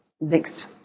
next